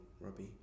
Robbie